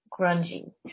grungy